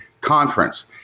conference